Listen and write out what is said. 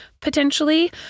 potentially